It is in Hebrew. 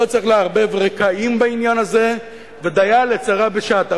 לא צריך לערבב רקעים בעניין הזה, ודיה לצרה בשעתה.